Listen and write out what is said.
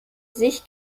sich